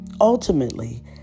Ultimately